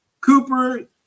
Cooper